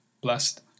blessed